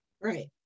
Right